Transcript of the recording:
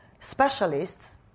specialists